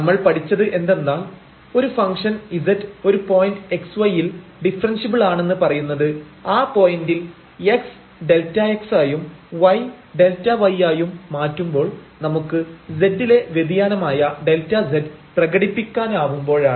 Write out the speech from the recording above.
നമ്മൾ പഠിച്ചത് എന്തെന്നാൽ ഒരു ഫംഗ്ഷൻ z ഒരു പോയിന്റ് x y ൽ ഡിഫറെൻഷ്യബിൾ ആണെന്ന് പറയുന്നത് ആ പോയിന്റിൽ x Δx ആയും y Δy ആയും മാറ്റുമ്പോൾ നമുക്ക് z ലെ വ്യതിയാനമായ Δz പ്രകടിപ്പിക്കാനാവുമ്പോഴാണ്